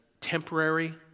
temporary